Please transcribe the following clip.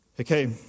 Okay